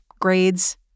grades